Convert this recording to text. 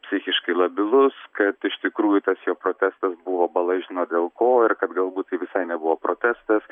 psichiškai labilus kad iš tikrųjų tas jo protestas buvo bala žino dėl ko ir kad galbūt tai visai nebuvo protestas